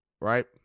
right